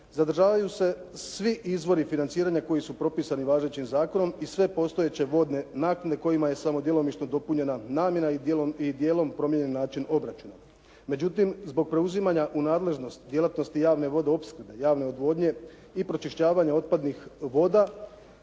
zadržavaju se svi izvori financiranja koji su propisani važećim zakonom i sve postojeće vodne naknade kojima je samo djelomično dopunjena namjena i dijelom promijenjen način obračuna. Međutim, zbog preuzimanja u nadležnost djelatnosti javne vodoopskrbe, javne odvodnje i pročišćavanje otpadnih voda